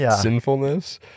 sinfulness